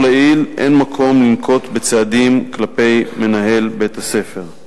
2. לאור האמור לעיל אין מקום לנקוט צעדים כלפי מנהל בית-הספר.